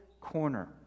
corner